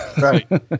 Right